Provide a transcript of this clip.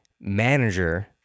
manager